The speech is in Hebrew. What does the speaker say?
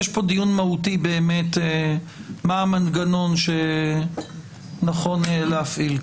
יש כאן דיון מהותי לגבי המנגנון שנכון להפעיל.